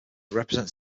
represents